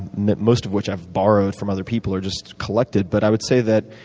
most of which i've borrowed from other people are just collected, but i would say that